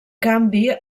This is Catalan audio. canvi